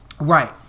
Right